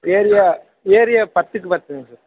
area area பத்துக்கு பத்துங்க sir